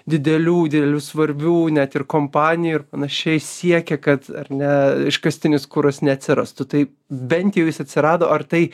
didelių didelių svarbių net ir kompanijų ir panašiai siekia kad ar ne iškastinis kuras neatsirastų tai bent jau jis atsirado ar tai